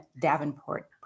Davenport